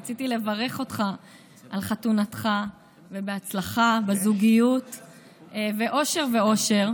רציתי לברך אותך על חתונתך ובהצלחה בזוגיות ואושר ועושר,